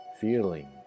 feeling